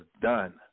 done